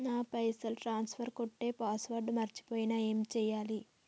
నా పైసల్ ట్రాన్స్ఫర్ కొట్టే పాస్వర్డ్ మర్చిపోయిన ఏం చేయాలి?